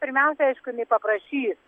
pirmiausia aišku jinai paprašys